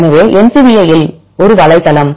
எனவே இது NCBI யில் ஒரு வலைத்தளம்